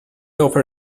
offer